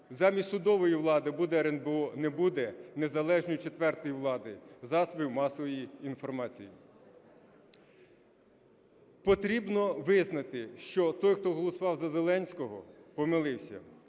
Замість судової влади буде РНБО, не буде незалежної четвертої влади – засобів масової інформації. Потрібно визнати, що той, хто голосував за Зеленського, помилився,